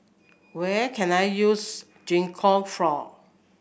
where can I use Gingko for